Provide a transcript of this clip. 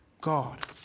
God